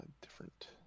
different